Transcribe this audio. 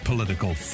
political